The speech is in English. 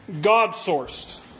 God-sourced